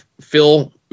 Phil